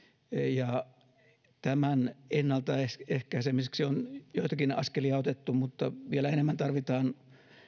tämän ennalta ehkäisemiseksi on joitakin askelia otettu mutta vielä enemmän tarvitaan